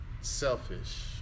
Selfish